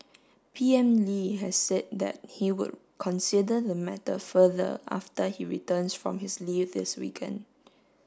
P M Lee has said that he would consider the matter further after he returns from his leave this weekend